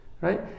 right